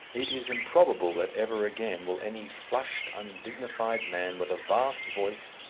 it is improbable that ever again will any flushed undignified man with a vast voice,